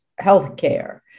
healthcare